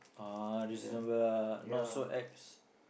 uh reasonable ah not so ex